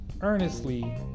earnestly